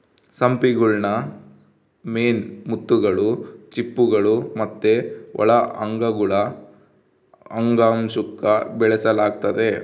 ಸಿಂಪಿಗುಳ್ನ ಮೇನ್ ಮುತ್ತುಗುಳು, ಚಿಪ್ಪುಗುಳು ಮತ್ತೆ ಒಳ ಅಂಗಗುಳು ಅಂಗಾಂಶುಕ್ಕ ಬೆಳೆಸಲಾಗ್ತತೆ